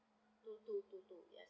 two two two two yes